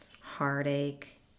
heartache